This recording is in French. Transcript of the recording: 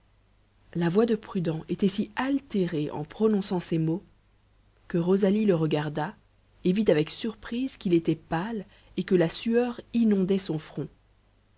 la voix de prudent était si altérée en prononçant ces mots que rosalie le regarda et vit avec surprise qu'il était pâle et que la sueur inondait son front